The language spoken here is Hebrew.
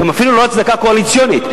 אפילו לא הצדקה קואליציונית,